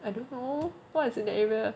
I don't know what is in that area